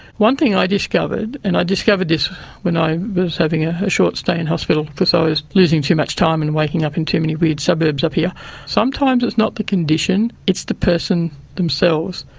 one thing i discovered and i discovered this when i was having ah a short stay in hospital because i was losing too much time and waking up in too many weird suburbs up here sometimes it's not the condition, it's the person themselves.